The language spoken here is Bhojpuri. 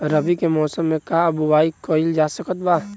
रवि के मौसम में का बोआई कईल जा सकत बा?